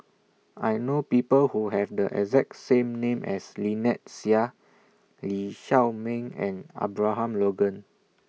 I know People Who Have The exact same name as Lynnette Seah Lee Shao Meng and Abraham Logan